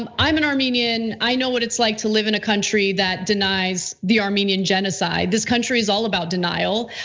um i'm an armenian, i know what it's like to live in a country that denies the armenian genocide. this country is all about denial.